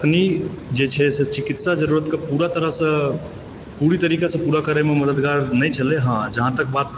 तकनीक जे छै से चिकित्सा जरूरतकऽ पूरा तरहसँ पूरी तरीकेसँ पूरा करयमऽ मददगार नहि छलय हँ जहाँ तक बात